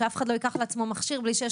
שאף אחד לא ייקח לעצמו מכשיר בלי שיש